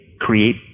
create